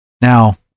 Now